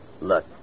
Look